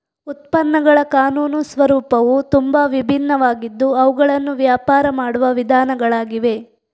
ಉತ್ಪನ್ನಗಳ ಕಾನೂನು ಸ್ವರೂಪವು ತುಂಬಾ ವಿಭಿನ್ನವಾಗಿದ್ದು ಅವುಗಳನ್ನು ವ್ಯಾಪಾರ ಮಾಡುವ ವಿಧಾನಗಳಾಗಿವೆ